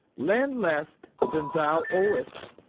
lend less than thou owest,